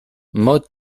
maud